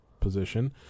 position